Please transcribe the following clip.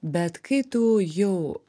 bet kai tu jau